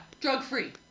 drug-free